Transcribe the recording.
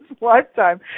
lifetime